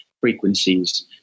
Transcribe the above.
frequencies